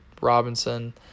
Robinson